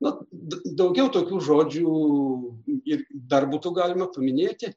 na d daugiau tokių žodžių ir dar būtų galima paminėti